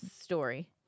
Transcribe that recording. story